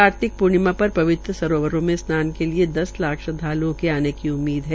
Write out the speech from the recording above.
कार्तिक प्र्णिमा पर पवित्र सरोवरों में स्नान के लिए दस लाख श्रद्वाल्ओं के आने की उम्मीद है